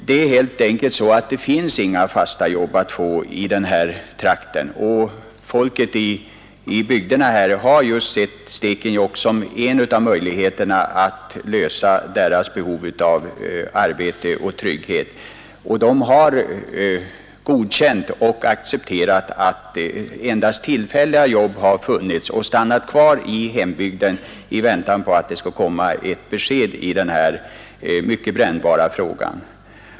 Det finns helt enkelt inga fasta jobb att få i denna trakt, och människorna där har just sett Stekenjokk som en av möjligheterna att lösa deras behov av arbete och trygghet. De har accepterat att endast tillfälliga jobb funnits och har stannat kvar i hembygden i väntan på att det skall komma ett besked i denna mycket brännbara fråga.